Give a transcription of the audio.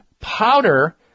powder